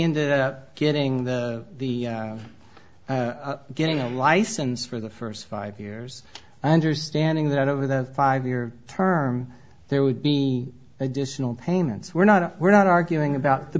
ended up getting the the getting a license for the first five years understanding that over that five year term there would be additional payments we're not we're not arguing about the